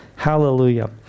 Hallelujah